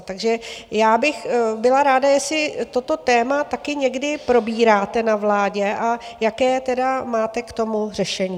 Takže já bych byla ráda, jestli toto téma taky někdy probíráte na vládě, a jaké tedy máte k tomu řešení?